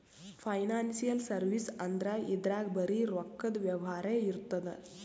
financial service ಅಂದ್ರ ಇದ್ರಾಗ್ ಬರೀ ರೊಕ್ಕದ್ ವ್ಯವಹಾರೇ ಇರ್ತದ್